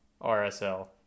rsl